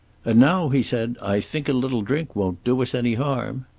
and now, he said. i think a little drink won't do us any harm.